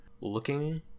looking